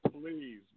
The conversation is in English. Please